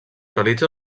realitza